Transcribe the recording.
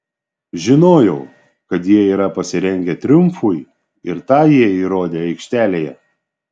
žinojau kad jie yra pasirengę triumfui ir tą jie įrodė aikštelėje